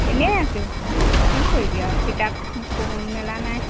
এনেই আছোঁ কিনো কৰিবি আৰু কিতাপ মেলা নাই